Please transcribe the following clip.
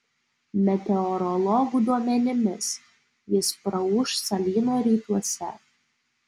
meteorologų duomenimis jis praūš salyno rytuose